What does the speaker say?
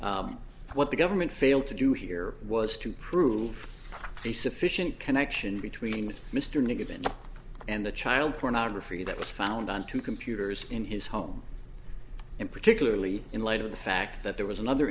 way what the government failed to do here was to prove a sufficient connection between mr nagin and the child pornography that was found on two computers in his home and particularly in light of the fact that there was another